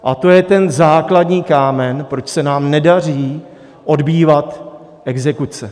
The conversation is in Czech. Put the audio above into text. A to je ten základní kámen, proč se nám nedaří odbývat exekuce.